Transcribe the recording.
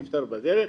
סבי נפטר בדרך,